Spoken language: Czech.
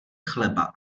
chleba